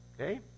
Okay